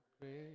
great